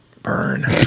burn